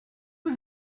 was